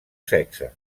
sexe